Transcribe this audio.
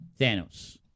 Thanos